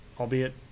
albeit